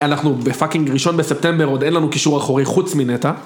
אנחנו בפאקינג ראשון בספטמבר, עוד אין לנו קישור אחורי חוץ מנטע.